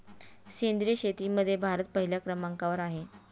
सेंद्रिय शेतीमध्ये भारत पहिल्या क्रमांकावर आहे